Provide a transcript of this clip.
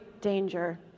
danger